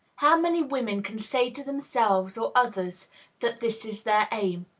how many women can say to themselves or others that this is their aim?